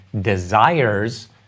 desires